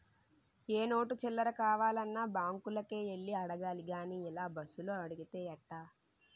ఏ note చిల్లర కావాలన్నా బాంకులకే యెల్లి అడగాలి గానీ ఇలా బస్సులో అడిగితే ఎట్టా